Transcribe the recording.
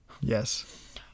Yes